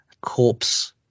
corpse